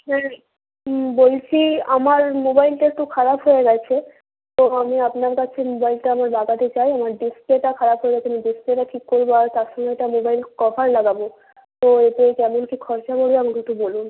হ্যাঁ বলছি আমার মোবাইলটা একটু খারাপ হয়ে গেছে তো আমি আপনার কাছে মোবাইলটা আমার লাগাতে চাই আমার ডিসপ্লেটা খারাপ হয়ে গেছে আমি ডিসপ্লেটা ঠিক করবো আর তার সঙ্গে একটা মোবাইল কভার লাগাবো তো এতে কেমন কী খরচা পড়বে আমাকে একটু বলুন